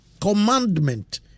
commandment